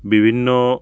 বিভিন্ন